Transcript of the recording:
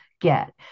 get